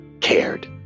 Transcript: cared